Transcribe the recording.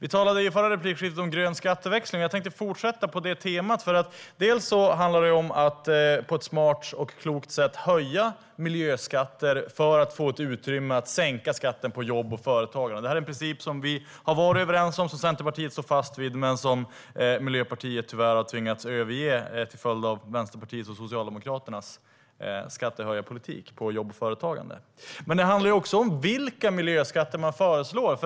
I förra replikskiftet talade vi om grön skatteväxling. Jag tänkte fortsätta på det temat. Det handlar delvis om att på ett klokt sätt höja miljöskatter för att få utrymme för att sänka skatten på jobb och företagande. Det är en princip som vi har varit överens om och som Centerpartiet står fast vid men som Miljöpartiet tyvärr har tvingats överge till följd av Vänsterpartiets och Socialdemokraternas skattehöjarpolitik i fråga om jobb och företagande. Men det handlar också om vilka miljöskatter man föreslår.